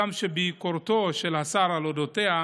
הגם שביקורתו של השר על אודותיה